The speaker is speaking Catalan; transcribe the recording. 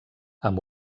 amb